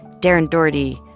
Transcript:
darin dougherty,